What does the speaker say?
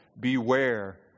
Beware